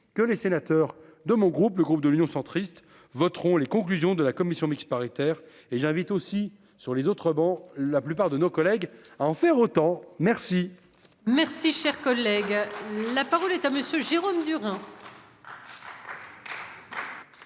que les sénateurs de mon groupe, le groupe de l'Union centriste voteront les conclusions de la commission mixte paritaire et j'invite aussi sur les autres bancs la plupart de nos collègues à en faire autant. Merci. Merci, cher collègue, la parole est à monsieur Jérôme Bureau.